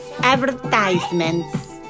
advertisements